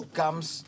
comes